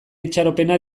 itxaropena